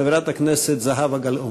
חברת הכנסת זהבה גלאון.